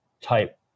type